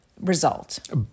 result